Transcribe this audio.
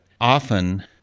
often